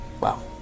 Wow